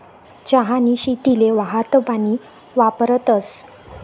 चहानी शेतीले वाहतं पानी वापरतस